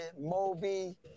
Moby